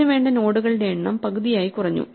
ഇതിനു വേണ്ട നോഡുകളുടെ എണ്ണം പകുതി ആയി കുറഞ്ഞു